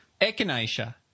echinacea